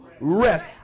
rest